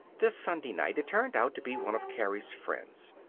this sunday night it turned out to be one of carrie's friends.